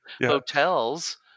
hotels